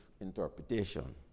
interpretation